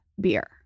beer